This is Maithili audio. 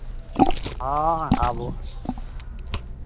हँ आबू